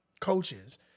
coaches